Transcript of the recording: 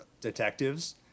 detectives